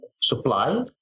supply